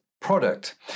product